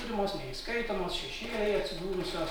turimos neįskaitomos šešėlyje atsidūrusios